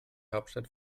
hauptstadt